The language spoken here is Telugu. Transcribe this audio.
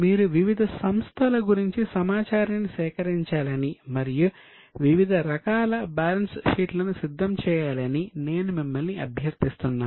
మీరు వివిధ సంస్థల గురించి సమాచారాన్ని సేకరించాలని మరియు వివిధ రకాల బ్యాలెన్స్ షీట్లను సిద్ధం చేయాలని నేను మిమ్మల్ని అభ్యర్థిస్తున్నాను